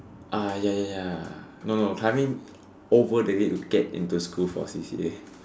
ah ya ya ya no no climbing over the gate to get into school for C_C_A